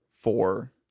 four